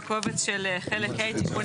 בקובץ של חלק ה': תיקונים עקיפים.